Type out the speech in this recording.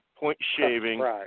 point-shaving